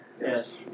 Yes